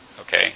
Okay